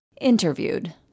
interviewed